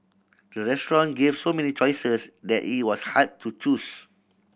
the restaurant gave so many choices that it was hard to choose